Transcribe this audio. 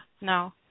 no